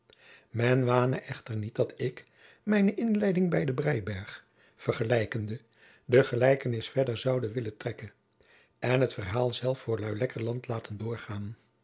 men wane echter niet dat ik mijne inleiding bij den brijberg vergelijkende de gelijkenis verder zoude willen trekken en het verhaal zelf voor luilekkerland laten doorgaan